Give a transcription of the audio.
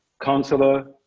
counselor,